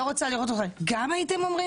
לא רוצה לראות אותך גם הייתם אומרים